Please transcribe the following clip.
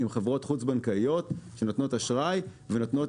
עם חברות חוץ בנקאיות שנותנות אשראי ונותנות